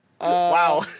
Wow